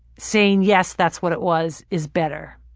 saying yes, that's what it was, is better.